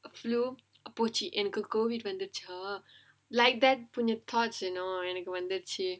flu போச்சி எனக்கு:pochi enakku COVID வந்துடுச்சா:vandhuduchaa like that thoughts you know வந்துடுச்சி:vandhuduchi